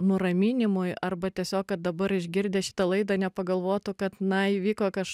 nuraminimui arba tiesiog kad dabar išgirdę šitą laidą nepagalvotų kad na įvyko kaž